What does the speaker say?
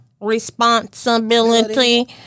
responsibility